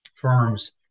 firms